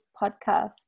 Podcast